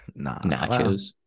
Nachos